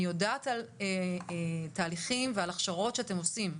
אני יודעת על תהליכים והכשרות שאתם עושים,